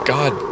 God